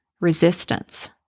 resistance